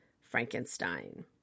Frankenstein